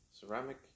ceramic